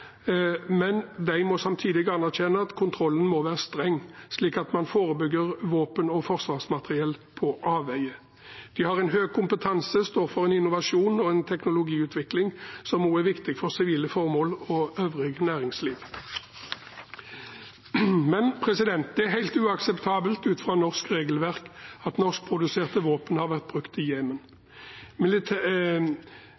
men de må samtidig anerkjenne at kontrollen må være streng, slik at man forebygger våpen og forsvarsmateriell på avveier. Vi har høy kompetanse og står for en innovasjon og en teknologiutvikling som er viktig også for sivile formål og øvrig næringsliv, men det er helt uakseptabelt ut fra norsk regelverk at norskproduserte våpen har vært i Jemen. Militæreksporten til landene som deltar i